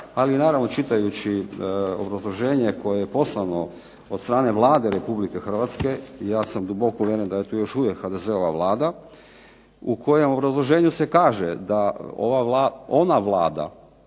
ali naravno čitajući obrazloženje koje je poslano od strane Vlade Republike Hrvatske, ja sam duboko uvjeren da je to još uvijek HDZ-ova Vlada, u kojem obrazloženju se kaže da ona Vlada,